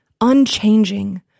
unchanging